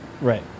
Right